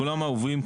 כולם אוהבים,